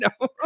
No